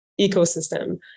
ecosystem